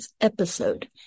episode